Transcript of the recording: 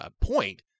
point